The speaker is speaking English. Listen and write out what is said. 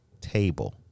table